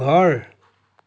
ঘৰ